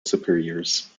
superiors